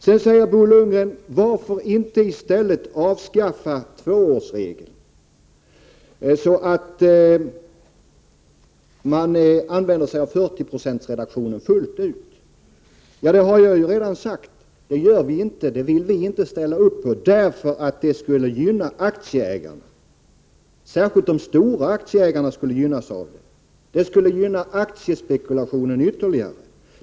Bo Lundgren frågar varför man inte i stället kan avskaffa tvåårsregeln och fullt ut använda sig av regeln om reduktion av underlaget till 40 20. Jag har redan sagt att vi inte vill ställa upp bakom detta, eftersom det skulle gynna aktieägarna. Särskilt de stora aktieägarna skulle gynnas av detta, och det skulle gynna aktiespekulationen ytterligare.